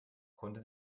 konnte